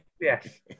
yes